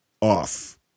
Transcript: off